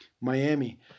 Miami